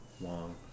long